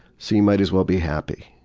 so you might as well be happy.